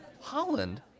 Holland